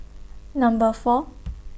Number four